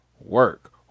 work